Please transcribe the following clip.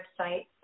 website